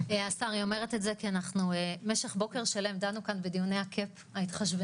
יהיה חייב להיות לזה המשך בשנים הבאות כדי שנגיע למה שאנחנו רוצים בתחום